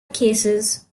cases